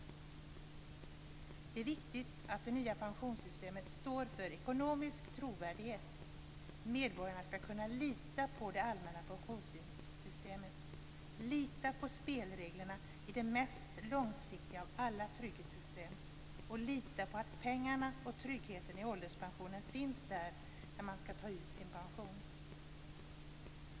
Det är viktigt att det nya pensionssystemet står för ekonomisk trovärdighet. Medborgarna skall kunna lita på det allmänna pensionssystemet, lita på spelreglerna i det mest långsiktiga av alla trygghetssystem och lita på att pengarna och tryggheten i ålderspensionen finns där när man skall ta ut sin pension.